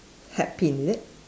hat pin is it